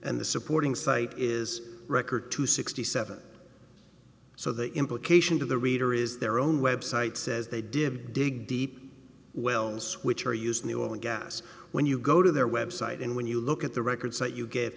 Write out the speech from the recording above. and the supporting site is record to sixty seven so the implication to the reader is their own website says they did dig deep wells which are used in the oil and gas when you go to their website and when you look at the records that you g